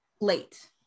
late